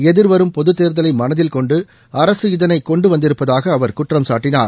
எதிர்வரும் பொது தேர்தலை மனதில்கொண்டு அரசு இதனை கொண்டு வந்திருப்பதாக அவர்குற்றம்சாட்டினார்